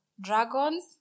dragons